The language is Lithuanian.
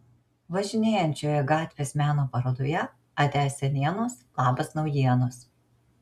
važinėjančioje gatvės meno parodoje atia senienos labas naujienos